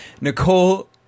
Nicole